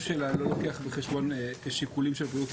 שלה לא לוקח בחשבון שיקולים של בריאות הציבור.